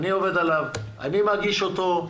אני עובד עליו, אני מגיש אותו.